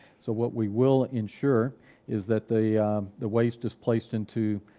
so what we will ensure is that the the waste is placed into